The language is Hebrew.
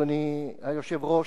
אדוני היושב-ראש,